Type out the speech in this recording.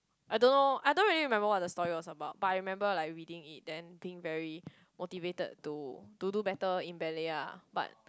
I don't know I don't really remember what the story is about but I remember like reading it then being very motivated to to do better in ballet ah but